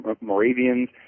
Moravians